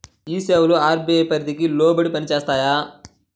ఈ సేవలు అర్.బీ.ఐ పరిధికి లోబడి పని చేస్తాయా?